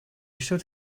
should